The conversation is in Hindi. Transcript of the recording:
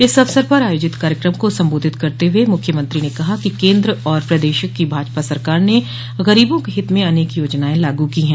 इस अवसर पर आयोजित कार्यकम को सम्बोधित करते हुए मुख्यमंत्री ने कहा कि केन्द्र और प्रदेश की भाजपा सरकार ने गरीबों के हित में अनेक योजनाएं लागू की हैं